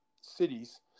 cities